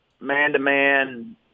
man-to-man